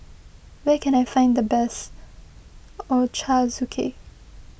where can I find the best Ochazuke